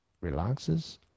relaxes